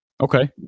Okay